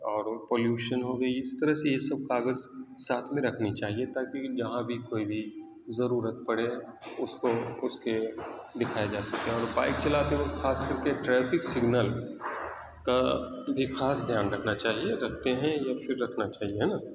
اور پولوشن ہو گئی اس طرح سے یہ سب کاغذ ساتھ میں رکھنی چاہیے تاکہ جہاں بھی کوئی بھی ضرورت پڑے اس کو اس کے دکھایا جا سکے اور بائیک چلاتے وقت خاص کر کے ٹریفک سگنل کا ایک خاص دھیان رکھنا چاہیے رکھتے ہیں یا پھر رکھنا چاہیے ہے نا